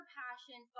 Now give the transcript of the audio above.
passion